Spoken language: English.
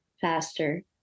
faster